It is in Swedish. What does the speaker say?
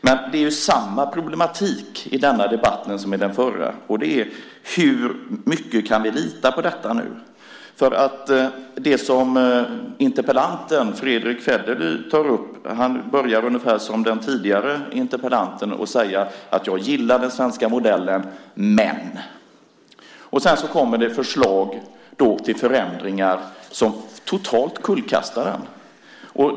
Men det är samma problematik i denna debatt som i den förra. Hur mycket kan vi lita på detta? Interpellanten Fredrick Federley börjar ungefär som den tidigare interpellanten med att säga: Jag gillar den svenska modellen, men . Sedan kommer det förslag till förändringar som totalt kullkastar den.